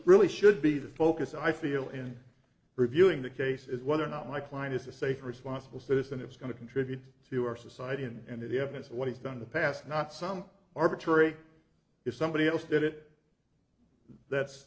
really should be the focus i feel in reviewing the case is whether or not my client is a safe responsible citizen is going to contribute to our society and the evidence of what he's done the past not some arbitrary if somebody else did it that's